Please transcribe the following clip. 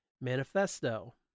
manifesto